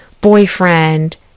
boyfriend